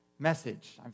Message